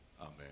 amen